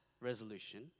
resolution